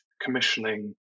commissioning